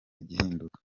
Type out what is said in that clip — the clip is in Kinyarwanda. igihinduka